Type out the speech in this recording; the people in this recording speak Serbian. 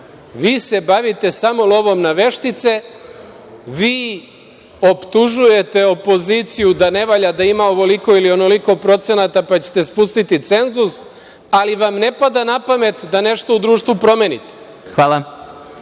vi se bavite samo lovom na veštice, vi optužujete opoziciju da ne valja, da ima ovoliko ili onoliko procenata, pa ćete spustiti cenzus, ali vam ne pada na pamet da nešto u društvu promenite.